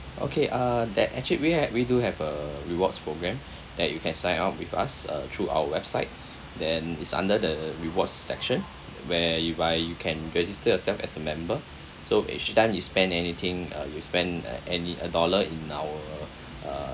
okay uh that actually we had we do have a rewards program that you can sign up with us uh through our website then it's under the rewards section where you by you can register yourself as a member so each time you spend anything uh you spend uh any a dollar in our uh